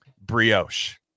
brioche